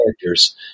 characters